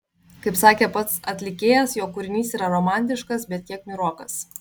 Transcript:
kaip sakė pats atlikėjas jo kūrinys yra romantiškas bet kiek niūrokas